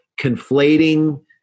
conflating